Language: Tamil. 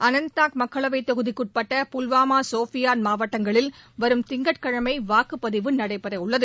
அனந்த்நாக் மக்களவைத் தொகுதிக்கு உட்பட்ட புல்வாமா சோபியான் மாவட்டங்களில் வரும் திங்கட்கிழமை வாக்குப்பதிவு நடைபெற உள்ளது